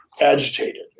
agitated